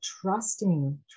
trusting